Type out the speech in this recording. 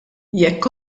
jekk